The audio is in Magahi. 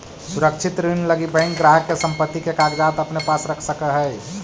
सुरक्षित ऋण लगी बैंक ग्राहक के संपत्ति के कागजात अपने पास रख सकऽ हइ